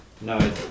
no